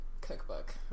cookbook